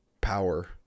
power